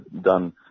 done